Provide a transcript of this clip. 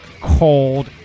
cold